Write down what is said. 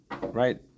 Right